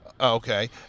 Okay